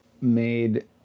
made